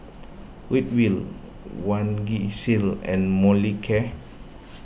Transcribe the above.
Ridwind Vagisil and Molicare